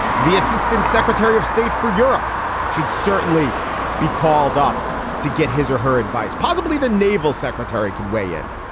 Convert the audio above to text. the assistant secretary of state for europe should certainly be called up to get his or her advice. possibly the naval secretary could weigh in.